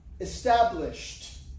established